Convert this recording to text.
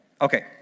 okay